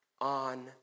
on